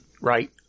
right